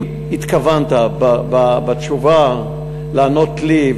אם התכוונת בתשובה לענות לי,